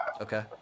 Okay